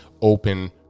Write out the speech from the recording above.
open